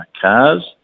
cars